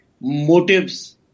motives